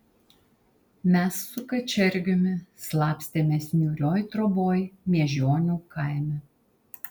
mes su kačergiumi slapstėmės niūrioj troboj miežionių kaime